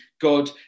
God